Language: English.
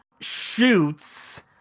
shoots